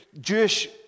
Jewish